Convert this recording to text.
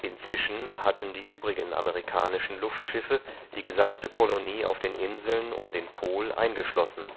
inzwischen hatten die übrigen amerikanischen luftschiffe die gesamte kolonie auf den inseln um den pol eingeschlossen